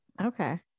Okay